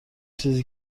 چیزی